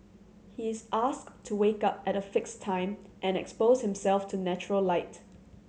he is asked to wake up at a fixed time and expose himself to natural light